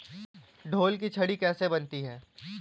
ढोल की छड़ी कैसे बनती है?